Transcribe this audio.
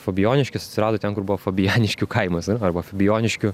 fabijoniškės atsirado ten kur buvo fabijaniškių kaimas ar arba fabijoniškių